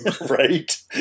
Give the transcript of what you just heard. right